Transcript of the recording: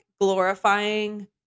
glorifying